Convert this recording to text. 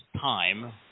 time